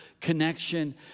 connection